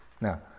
Now